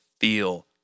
feel